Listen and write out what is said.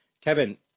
Kevin